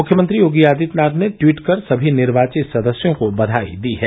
मुख्यमंत्री योगी आदित्यनाथ ने ट्वीट कर समी निर्वाचित सदस्यों को बधाई दी है